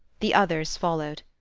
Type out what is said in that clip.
the others followed.